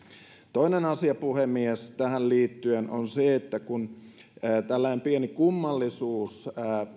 toinen asia puhemies tähän liittyen on tällainen pieni kummallisuus